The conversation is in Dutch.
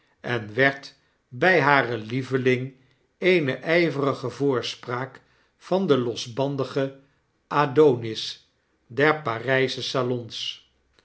en werd by hare lieveling eeneyverige voorspraak van den losbandigen adonis der parijsche salons